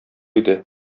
иде